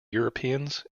europeans